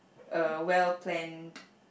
uh well planned